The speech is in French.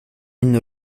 une